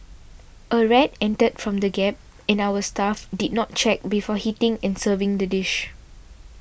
a rat entered from the gap in our staff did not check before heating and serving the dish